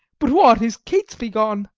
but what, is catesby gone?